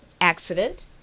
accident